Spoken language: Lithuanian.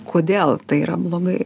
kodėl tai yra blogai